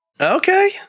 Okay